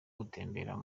gutembera